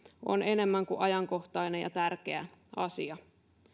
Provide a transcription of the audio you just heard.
on enemmän kuin ajankohtainen ja tärkeä asia